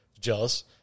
Jealous